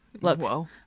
Look